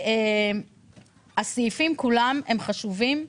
שהסעיפים כולם חשובים.